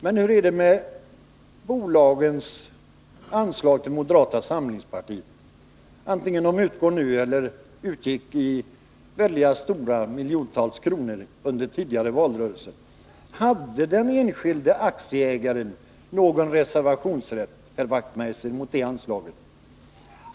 Men hur är det med bolagens anslag till moderata samlingspartiet, vare sig de utgår nu eller utgick i miljontals kronor under tidigare valrörelser? Hade den enskilde aktieägaren någon reservationsrätt, herr Wachtmeister, mot de anslagen?